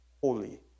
holy